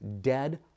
dead